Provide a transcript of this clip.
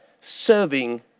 serving